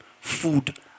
food